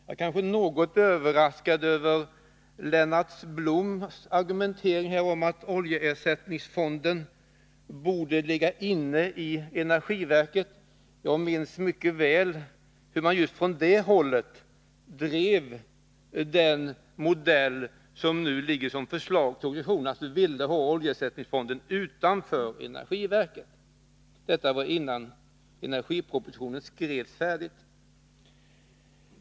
Jag är något överraskad över Lennart Bloms argumentering att oljeersättningsfonden borde ligga inne i energiverket. Jag minns mycket väl hur man just från det hållet drev den modell som nu återfinns i regeringsförslaget, det vill säga man ville ha oljeersättningsfonden utanför energiverket. Detta var innan energipropositionen skrevs färdigt.